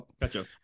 Gotcha